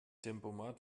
tempomat